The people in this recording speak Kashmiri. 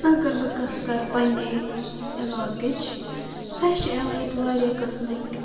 اگر بہٕ کتھ کرٕ پنٕنہِ علاقٕچ اسہِ چھِ یِوان ییٚتہِ واریاہ قٕسمٕکۍ